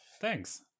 thanks